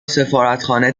سفارتخانه